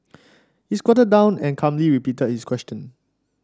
he squatted down and calmly repeated his question